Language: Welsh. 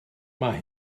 mae